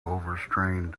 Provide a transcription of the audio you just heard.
overstrained